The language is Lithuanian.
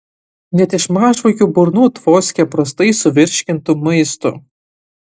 net iš mažvaikių burnų tvoskia prastai suvirškintu maistu